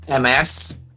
MS